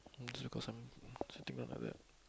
still got some sitting on my lap